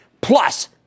Plus